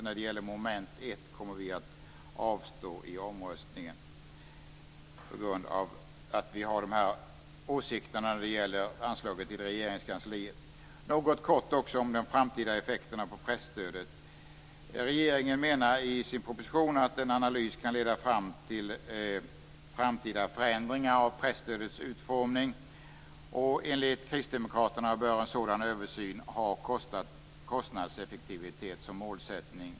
När det gäller mom. 1 kommer vi att avstå i omröstningen på grund av att vi har dessa åsikter om anslaget till Regeringskansliet. Något kort om de framtida effekterna på presstödet. Regeringen menar i sin proposition att en analys kan leda fram till framtida förändringar av presstödets utformning. Enligt Kristdemokraterna bör en sådan översyn ha kostnadseffektivitet som målsättning.